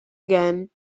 again